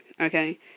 okay